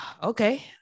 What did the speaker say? Okay